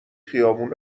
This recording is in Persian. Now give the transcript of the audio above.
خیابون